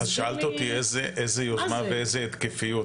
אז שאלת אותי איזה יוזמה ואיזה התקפיות,